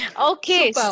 Okay